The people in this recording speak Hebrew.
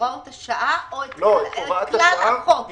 הוראות השעה או את כלל החוק?